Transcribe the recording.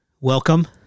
Welcome